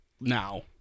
now